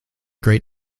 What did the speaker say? great